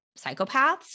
psychopaths